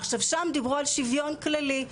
עכשיו שם דיברו על שוויון כללי,